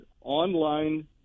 online